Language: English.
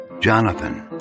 Jonathan